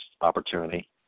opportunity